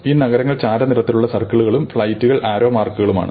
ഈ നഗരങ്ങൾ ചാരനിറത്തിലുള്ള സർക്കിളുകളും ഫ്ലൈറ്റുകൾ ആരോ മാർക്കുകളുമാണ്